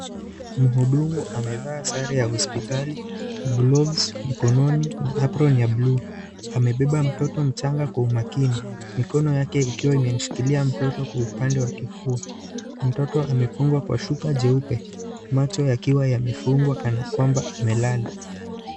Mhudumu amevaa sare ya hospitali, gloves mkononi na apron ya bluu. Amebeba mtoto mchanga kwa umakini, mikono yake ikiwa imemshikilia mtoto kwa upande wa kifua. Mtoto amefungwa kwa shuka jeupe, macho yakiwa yamefungwa kana kwamba amelala.